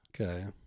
Okay